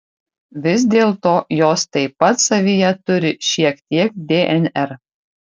vis dėlto jos taip pat savyje turi šiek tiek dnr